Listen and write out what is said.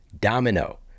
domino